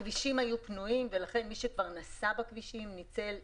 הכבישים היו פנויים ומי שכבר נסע בכביש ניצל את זה.